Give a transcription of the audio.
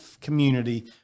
community